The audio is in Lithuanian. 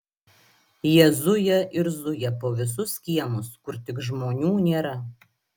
jie zuja ir zuja po visus kiemus kur tik žmonių nėra